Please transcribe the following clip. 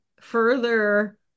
further